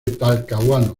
talcahuano